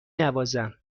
نوازم